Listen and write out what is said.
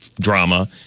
drama